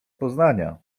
poznania